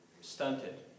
Stunted